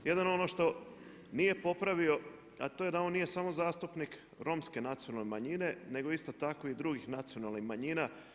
Jedino ono što nije popravio, a to je da on nije samo zastupnik Romske nacionalne manjine nego isto tako i drugih nacionalnih manjina.